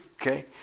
Okay